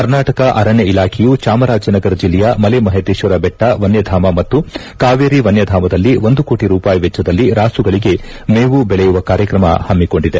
ಕರ್ನಾಟಕ ಅರಣ್ಣ ಇಲಾಖೆಯು ಚಾಮರಾಜನಗರ ಜಿಲ್ಲೆಯ ಮಲೆ ಮಹದೇಶ್ವರ ಬೆಟ್ಟ ವನ್ನಧಾಮ ಮತ್ತು ಕಾವೇರಿ ವನ್ಯಧಾಮದಲ್ಲಿ ಒಂದು ಕೋಟ ರೂಪಾಯಿ ವೆಚ್ವದಲ್ಲಿ ರಾಸುಗಳಿಗೆ ಮೇವು ಬೆಳೆಯುವ ಕಾರ್ಯಕ್ರಮ ಹಮ್ಮಿಕೊಂಡಿದೆ